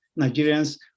Nigerians